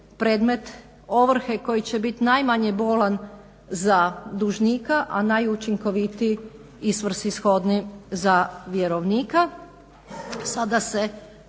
predmet ovrhe koji će biti najmanje bolan za dužnika, a najučinkovitiji i svrsishodniji za vjerovnika. Sada se